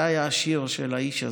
זה היה השיר של האיש הזה.